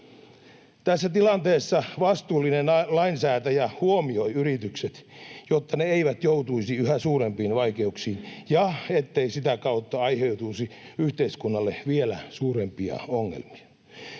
Tässä tilanteessa vastuullinen lainsäätäjä huomioi yritykset, jotta ne eivät joutuisi yhä suurempiin vaikeuksiin ja ettei sitä kautta aiheutuisi yhteiskunnalle vielä suurempia ongelmia.